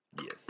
Yes